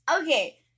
Okay